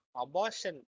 abortion